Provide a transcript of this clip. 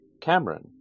Cameron